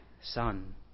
Son